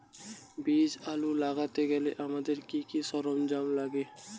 বীজ আলু লাগাতে আমাদের কি কি সরঞ্জাম লাগে?